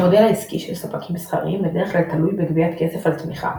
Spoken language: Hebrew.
המודל העסקי של ספקים מסחריים בדרך כלל תלוי בגביית כסף על תמיכה,